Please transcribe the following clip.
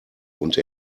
und